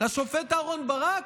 לשופט אהרן ברק?